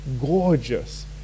gorgeous